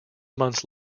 months